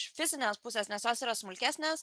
iš fizinės pusės nes jos yra smulkesnės